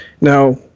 Now